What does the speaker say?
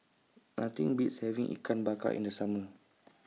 Nothing Beats having Ikan Bakar in The Summer